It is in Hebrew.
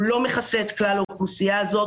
הוא לא מכסה את כלל האוכלוסייה הזאת